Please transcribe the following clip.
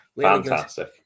fantastic